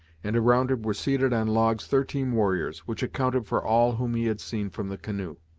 and around it were seated on logs thirteen warriors, which accounted for all whom he had seen from the canoe.